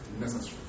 necessary